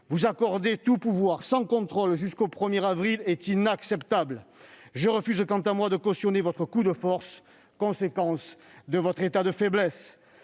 Vous accorder tout pouvoir sans contrôle jusqu'au 1 avril est inacceptable. Je refuse quant à moi de cautionner votre coup de force, conséquence de votre état de faiblesse.